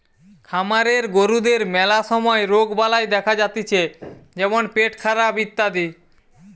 খামারের গরুদের ম্যালা সময় রোগবালাই দেখা যাতিছে যেমন পেটখারাপ ইত্যাদি